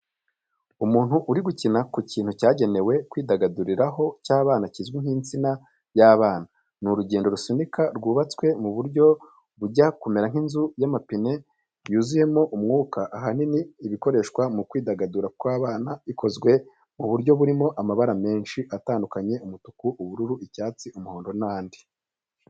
Umuntu uri gukina ku kintu cyagenewe kwidagaduriraho cy'abana kizwi nk'insika y’abana. Ni urugendo rusunika rwubatswe mu buryo bujya kumera nk’inzu y’amapine yuzuyemo umwuka, ahanini iba ikoreshwa mu kwidagadura kw’abana. Ikozwe mu buryo burimo amabara menshi atandukanye umutuku, ubururu, icyatsi, umuhondo n’andi.